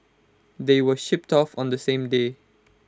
they were shipped off on the same day